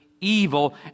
evil